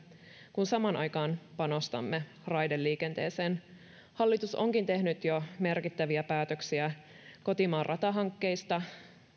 kun samaan aikaan panostamme raideliikenteeseen hallitus onkin tehnyt jo merkittäviä päätöksiä kotimaan ratahankkeista